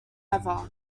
ever